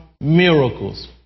Miracles